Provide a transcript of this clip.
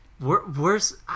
worse